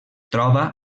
troba